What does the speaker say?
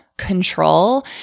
Control